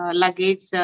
luggage